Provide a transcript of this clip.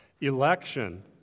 Election